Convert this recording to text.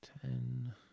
Ten